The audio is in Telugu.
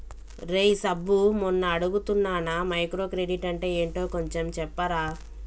రేయ్ సబ్బు మొన్న అడుగుతున్నానా మైక్రో క్రెడిట్ అంటే ఏంటో కొంచెం చెప్పరా